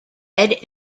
red